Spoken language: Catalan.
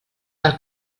del